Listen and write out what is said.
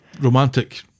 romantic